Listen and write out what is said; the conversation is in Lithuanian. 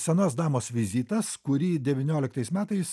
senos damos vizitas kurį devynioliktas metais